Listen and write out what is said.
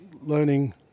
learning